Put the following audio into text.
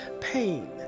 pain